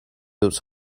was